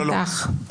בטח...